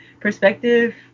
perspective